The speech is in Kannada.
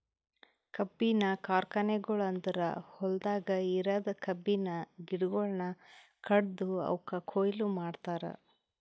ಕಬ್ಬಿನ ಕಾರ್ಖಾನೆಗೊಳ್ ಅಂದುರ್ ಹೊಲ್ದಾಗ್ ಇರದ್ ಕಬ್ಬಿನ ಗಿಡಗೊಳ್ ಕಡ್ದು ಅವುಕ್ ಕೊಯ್ಲಿ ಮಾಡ್ತಾರ್